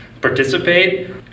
participate